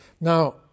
Now